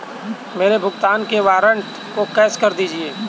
मेरे भुगतान के वारंट को कैश कर दीजिए